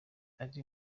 ari